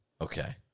Okay